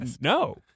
no